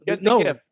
No